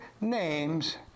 names